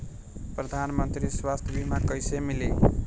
प्रधानमंत्री स्वास्थ्य बीमा कइसे मिली?